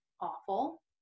awful